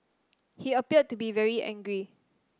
he appeared to be very angry